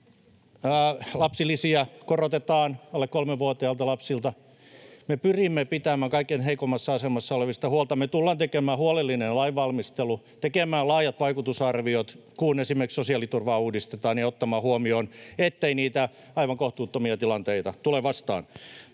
lapsilisiä korotetaan alle kolmevuotiailta lapsilta. Me pyrimme pitämään kaikkein heikoimmassa asemassa olevista huolta. [Jussi Saramo: Täyttä orwellia!] Me tullaan tekemään huolellinen lainvalmistelu, tekemään laajat vaikutusarviot, kun esimerkiksi sosiaaliturvaa uudistetaan, ja ottamaan huomioon, ettei niitä aivan kohtuuttomia tilanteita tule vastaan.